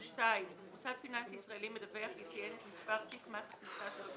מוסד פיננסי ישראלי מדווח יציין מספר תיק מס הכנסה.